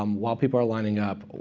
um while people are lining up,